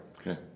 Okay